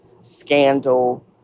scandal